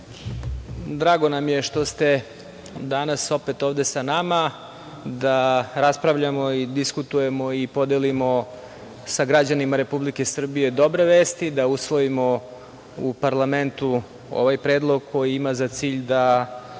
drago nam je što ste danas opet ovde sa nama da raspravljamo i diskutujemo i podelimo sa građanima Republike Srbije dobre vesti, da usvojimo u parlamentu ovaj predlog koji ima za cilj da